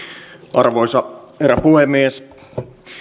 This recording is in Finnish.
arvoisa herra puhemies